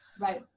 Right